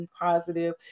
positive